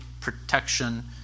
protection